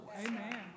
Amen